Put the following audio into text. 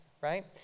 right